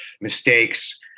mistakes